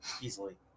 easily